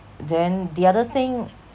then the other thing